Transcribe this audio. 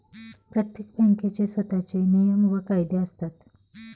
प्रत्येक बँकेचे स्वतःचे नियम आणि कायदे असतात